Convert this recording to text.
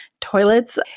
toilets